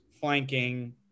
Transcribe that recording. flanking